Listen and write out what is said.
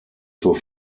zur